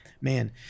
man